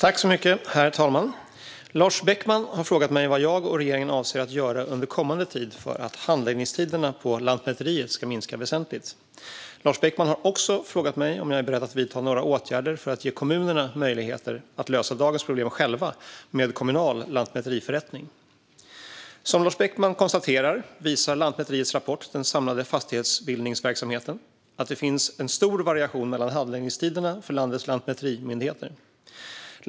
Herr talman! Lars Beckman har frågat mig vad jag och regeringen avser att göra under kommande tid för att handläggningstiderna på Lantmäteriet ska minska väsentligt. Lars Beckman har också frågat mig om jag är beredd att vidta några åtgärder för att ge kommunerna möjligheter att lösa dagens problem själva med kommunal lantmäteriförrättning. Som Lars Beckman konstaterar visar Lantmäteriets rapport Den samlade fastighetsbildningsverksamheten att det finns en stor variation mellan handläggningstiderna för landets lantmäterimyndigheter.